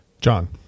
John